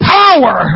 power